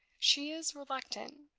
she is reluctant,